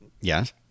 yes